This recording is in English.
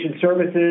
services